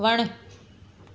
वणु